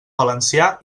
valencià